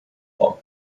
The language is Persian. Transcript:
خوام